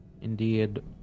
Indeed